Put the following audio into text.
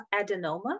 adenoma